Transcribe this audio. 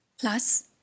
plus